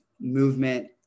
movement